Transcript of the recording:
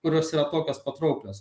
kurios yra tokios patrauklios